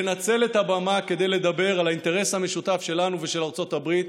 לנצל את הבמה כדי לדבר על האינטרס המשותף שלנו ושל ארצות הברית.